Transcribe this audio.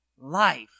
life